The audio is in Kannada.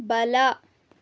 ಬಲ